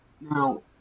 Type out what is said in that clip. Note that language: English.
Now